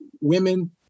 women